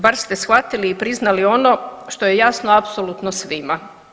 Bar ste shvatili i priznali ono što je jasno apsolutno svima.